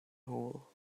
hole